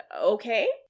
okay